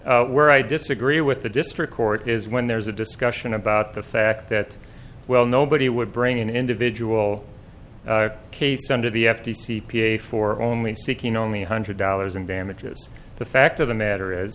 t where i disagree with the district court is when there's a discussion about the fact that well nobody would bring an individual case under the f t c p a for only speaking only hundred dollars in damages the fact of the matter is